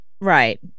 Right